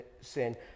sin